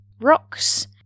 rocks